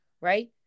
right